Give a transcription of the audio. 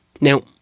Now